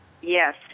yes